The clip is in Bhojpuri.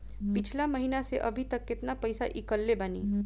पिछला महीना से अभीतक केतना पैसा ईकलले बानी?